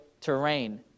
terrain